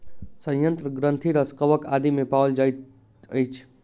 सयंत्र ग्रंथिरस कवक आदि मे पाओल जाइत अछि